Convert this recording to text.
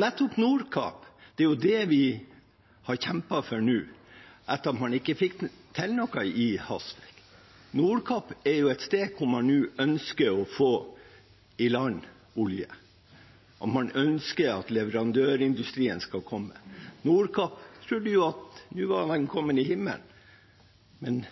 Nettopp Nordkapp er det vi har kjempet for nå, etter at man ikke fikk til noe i Hasvik. Nordkapp er et sted hvor man nå ønsker å få i land olje, og man ønsker at leverandørindustrien skal komme. Nordkapp trodde jo at nå var de kommet til himmelen. Men